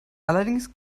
allerdings